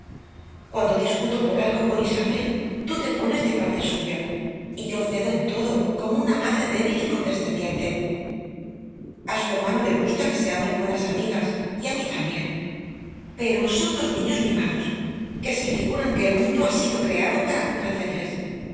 cuando discuto por algo con isabel tú te pones de parte suya y yo cedo en todo como una madre débil y condescendiente a su hermano le gusta que seamos buenas amigas y a mí también pero son dos niños mimados que se figuran que el mundo ha sido creado para complacerles